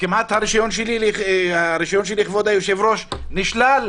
וכמעט רישיון לשכת עורכי הדין שלי נשלל